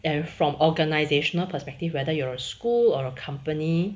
and from organisational perspective whether you are a school or a company